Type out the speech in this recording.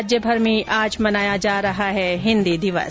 राज्यभर में आज मनाया जा रहा है हिन्दी दिवस